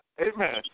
Amen